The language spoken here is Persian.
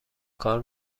کار